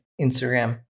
instagram